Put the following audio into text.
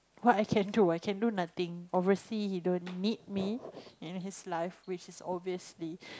what I can do I can do nothing obviously he don't need me in his life which is obviously